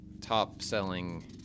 top-selling